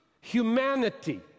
humanity